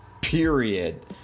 period